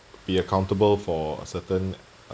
be accountable for certain